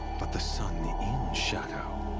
but the sun in shadow.